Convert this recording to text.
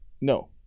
No